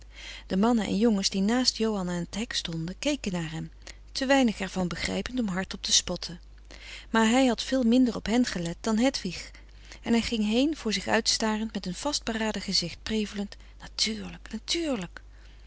de mannen en jongens die naast johan aan t hek stonden keken naar hem te weinig er van begrijpend om hard-op te spotten maar hij had veel minder op hen gelet dan hedwig en hij ging heen voor zich uit starend met een vastberaden gezicht prevelend natuurlijk natuurlijk